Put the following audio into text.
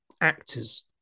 actors